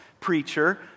preacher